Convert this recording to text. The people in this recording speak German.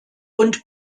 und